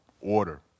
order